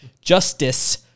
justice